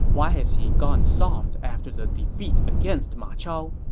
why has he gone soft after the defeat against ma chao?